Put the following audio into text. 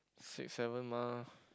six seven mah